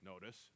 notice